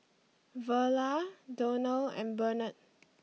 Verla Donal and Bernard